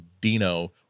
Dino